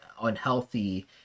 unhealthy